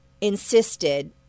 insisted